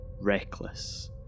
Reckless